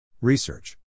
Research